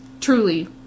truly